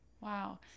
wow